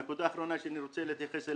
נקודה אחרונה אליה אני רוצה להתייחס,